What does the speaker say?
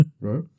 Right